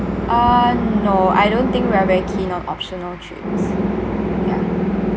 ah no I don't think we're very keen on optional trips